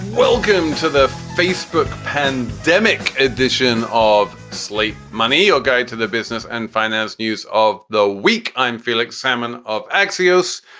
welcome to the facebook pandemic edition of slate money ah guide to the business and finance news of the week. i'm felix salmon of axios.